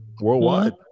Worldwide